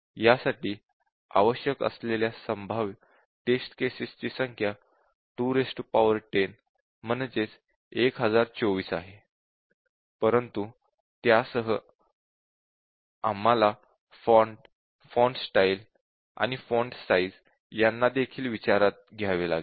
यासाठी आवश्यक असलेल्या संभाव्य टेस्ट केसेस ची संख्या 210 024 आहे परंतु त्यासह आम्हाला फॉन्ट फॉन्ट स्टाइल आणि फॉन्ट साईझ यांना देखील विचारात घ्यावा लागेल